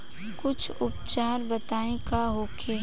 कुछ उपचार बताई का होखे?